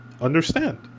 understand